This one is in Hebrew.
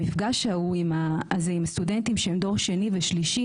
המפגש ההוא עם הסטודנטים שהם דור שני ושלישי